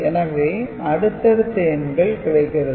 எனவே அடுத்தடுத்த எண்கள் கிடைக்கிறது